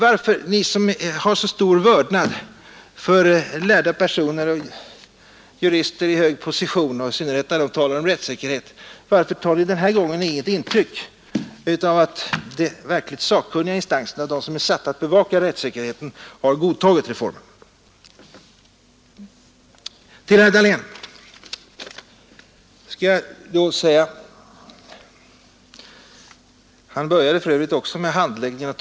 Men ni som har så stor vördnad för lärda personer och jurister i hög position — i synnerhet när de talar om rättssäkerhet — varför tar ni den här gången inget intryck av att de verkligt sakkunniga instanserna, de som är satta att bevaka rättssäkerheten, har godtagit reformen? Herr Dahlén talade liksom herr Tobé om handläggningsfrågor.